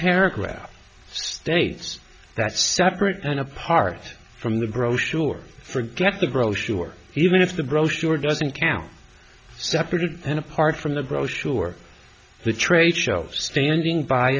paragraph states that separate and apart from the brochure forget the brochure even if the brochure doesn't count separate and apart from the brochure the trade show standing by